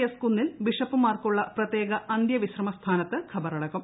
S കുന്നിൽ ബിഷപ്പുമാർക്കുള്ള പ്രത്യേക അന്ത്യവിശ്രമ സ്ഥാനത്ത് ഖബറടക്കും